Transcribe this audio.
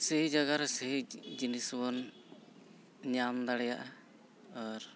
ᱥᱟᱹᱦᱤ ᱡᱟᱭᱜᱟ ᱨᱮ ᱥᱟᱹᱦᱤ ᱡᱤᱱᱤᱥ ᱦᱚᱸᱵᱚᱱ ᱧᱟᱢ ᱫᱟᱲᱮᱭᱟᱜᱼᱟ ᱟᱨ